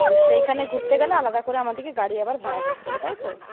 তো সেইখানে ঘুরতে গেলে আলাদা করে আমাদেরকে গাড়ি আবার ভাড়া করতে হবে তাই তো